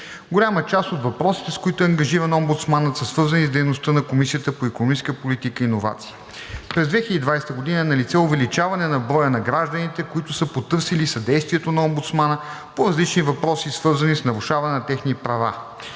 Голяма част от въпросите, с които е ангажиран омбудсманът, са свързани с дейността на Комисията по икономическа политика и иновации. През 2020 г. е налице увеличаване на броя на гражданите, които са потърсили съдействието на омбудсмана по различни въпроси, свързани с нарушаване на техни права.